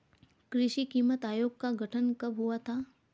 कृषि कीमत आयोग का गठन कब हुआ था?